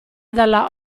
dalla